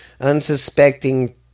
unsuspecting